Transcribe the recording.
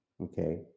Okay